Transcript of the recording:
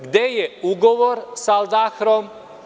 Gde je ugovor sa „Al Dahrom“